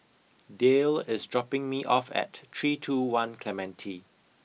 Dayle is dropping me off at three two one Clementi